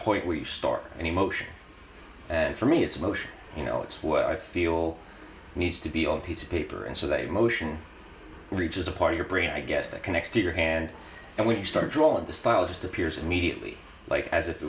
point where you start an emotion and for me it's emotion you know it's what i feel needs to be on a piece of paper and so they motion reaches apart your brain i guess that connects to your hand and when you start drawing the style just appears immediately like as if